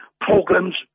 programs